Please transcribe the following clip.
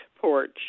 porch